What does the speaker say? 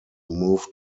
moved